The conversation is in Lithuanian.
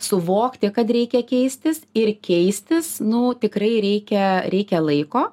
suvokti kad reikia keistis ir keistis nu tikrai reikia reikia laiko